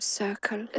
circle